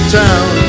town